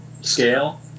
scale